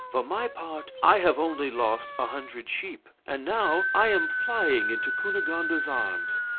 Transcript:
for my part, i have only lost a hundred sheep and now i am flying into cunegonde's arms.